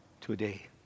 today